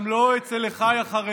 גם לא אצל אחיי החרדים.